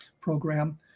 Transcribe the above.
program